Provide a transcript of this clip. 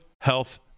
health